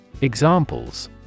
Examples